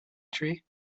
tree